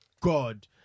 god